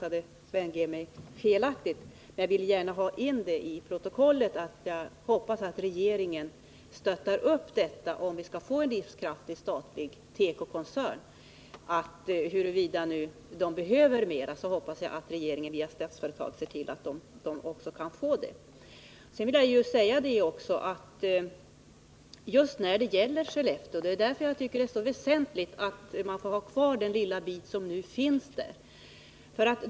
Jag vill emellertid få in i protokollet att jag hoppas att regeringen ger ett stöd, så att vi kan få en livskraftig tekokoncern. Om nu koncernen behöver mer pengar, hoppas jag att regeringen via Statsföretag också ser till att koncernen får det. Beträffande Skellefteå vill jag säga att jag tycker att det är väsentligt att man får ha kvar den lilla bit som finns där.